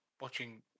watching